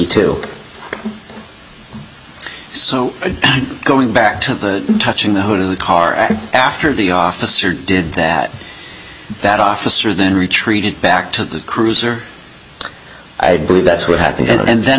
two so going back to touching the hood of the car and after the officer did that that officer then retreated back to the cruiser i believe that's what happened and then